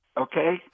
okay